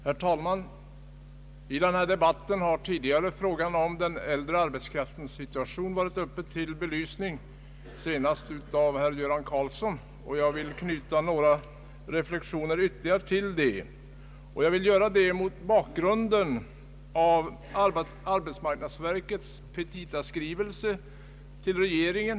Herr talman! I denna debatt har tidigare frågan om den äldre arbetskraftens situation varit uppe till belysning, senast av herr Göran Karlsson. Jag vill knyta några ytterligare reflexioner till denna fråga. Jag gör det mot bakgrunden av arbetsmarknadsverkets petitaskrivelse till regeringen.